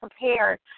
prepared